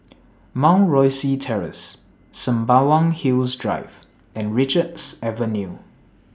Mount Rosie Terrace Sembawang Hills Drive and Richards Avenue